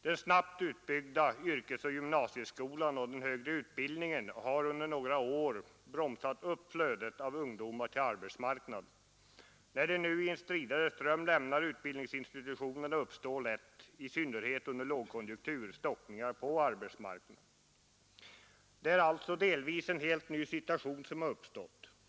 Den snabbt utbyggda yrkesoch gymnasieskolan och den högre utbildningen har under några år bromsat upp flödet av ungdomar till arbetsmarknaden. När de nu i en stridare ström lämnar utbildningsinstitutionerna uppstår lätt, i synnerhet under lågkonjunktur, stockningar på arbetsmarknaden. Det är alltså delvis en helt ny situation som har uppstått.